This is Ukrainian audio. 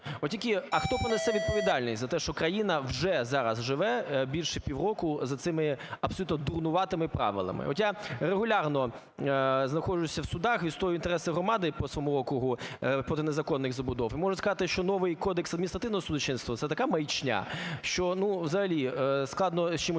а хто понесе відповідальність за те, що країна вже зараз живе більше півроку за цими, абсолютно дурнуватими правилами? От я регулярно знаходжуся в судах, відстоюю інтереси громади по своєму округу проти незаконних забудов і можу сказати, що новий Кодекс адміністративного судочинства – це така маячня, що, ну, взагалі складно з чимось